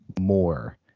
more